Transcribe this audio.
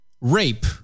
rape